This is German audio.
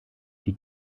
die